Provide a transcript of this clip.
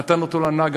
נתן אותו לנהג,